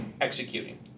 executing